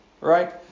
Right